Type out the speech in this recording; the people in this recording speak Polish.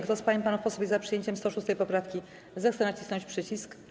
Kto z pań i panów posłów jest za przyjęciem 106. poprawki, zechce nacisnąć przycisk.